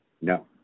No